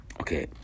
Okay